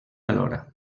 alhora